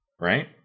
Right